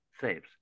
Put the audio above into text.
saves